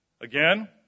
again